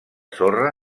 sorra